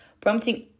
prompting